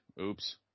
Oops